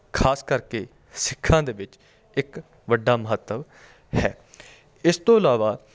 ਖਾਸ ਕਰਕੇ ਸਿੱਖਾਂ ਦੇ ਵਿੱਚ ਇੱਕ ਵੱਡਾ ਮਹੱਤਵ ਹੈ ਇਸ ਤੋਂ ਇਲਾਵਾ